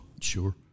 Sure